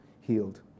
healed